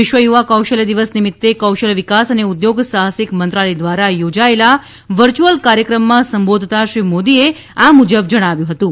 વિશ્વ યુવા કૌશલ્ય દિવસ નિમિત્તે કૌશલ્ય વિકાસ અને ઉદ્યોગ સાહસિક મંત્રાલય દ્વારા યોજાયેલા વર્ચ્યુઅલ કાર્યક્રમમાં સંબોધતાં શ્રી મોદીએ આ મુજબ જણાવ્યું હતું